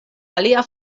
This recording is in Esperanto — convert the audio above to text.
alia